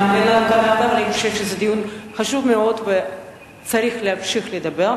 אני חושבת שזה דיון חשוב מאוד וצריך להמשיך לדבר.